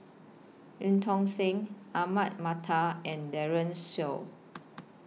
EU Tong Sen Ahmad Mattar and Daren Shiau